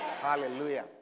Hallelujah